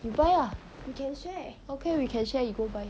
you buy ah okay we can share you go buy